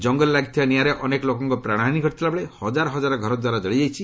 ଜଙ୍ଗଲରେ ଲାଗିଥିବା ନିଆଁରେ ଅନେକ ଲୋକଙ୍କର ପ୍ରାଣହାନୀ ଘଟିଥିବାବେଳେ ହଜାର ହଜାର ଘରଦ୍ୱାର ଜଳିଯାଇଛି